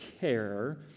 care